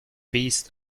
beast